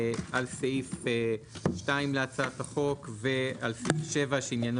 סעיף 2 להצעת החוק ועל סעיף 7 שעניינו